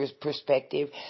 perspective